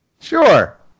sure